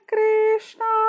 Krishna